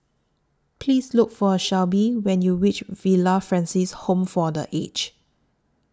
Please Look For Shelby when YOU REACH Villa Francis Home For The Aged